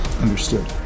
understood